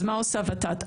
אז מה עושה ות"ת?